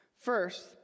First